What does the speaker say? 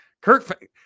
Kirk